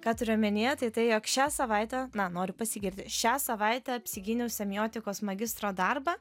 ką turiu omenyje tai jog šią savaitę na noriu pasigirti šią savaitę apsigyniau semiotikos magistro darbą